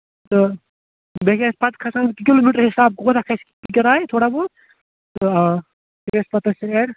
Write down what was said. تہٕ بیٚیہ گژھِ پَتہٕ کھسان کِلوٗ میٖٹر حِسابہٕ کوتاہ کھسہِ کِراے تھوڑا بہت آ یہِ گژھِ پَتہٕ ژیر